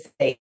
say